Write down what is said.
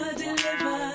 deliver